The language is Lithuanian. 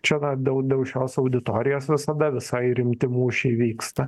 čia na dėl dėl šios auditorijos visada visai rimti mūšiai vyksta